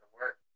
work